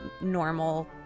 normal